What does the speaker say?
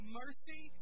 mercy